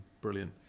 brilliant